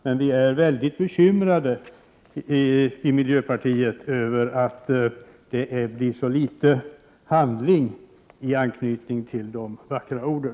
Men vi är i miljöpartiet mycket bekymrade över att det blir så litet handling i anslutning till de vackra orden.